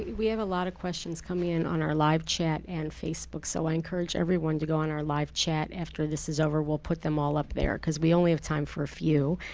we have a lot of questions coming in on our live chat and facebook, so i encourage everyone to go on our live chat after this is over. we'll put them all up there because we only have time for a few.